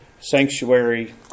sanctuary